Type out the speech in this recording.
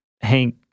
Hank